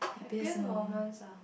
happiest moments ah